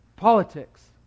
Politics